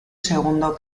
segundo